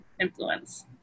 influence